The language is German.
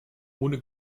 ohne